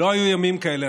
לא היו ימים כאלה.